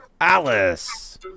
Alice